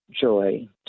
joy